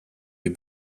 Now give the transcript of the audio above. wir